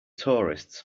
tourists